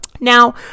Now